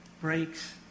breaks